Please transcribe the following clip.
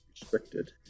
restricted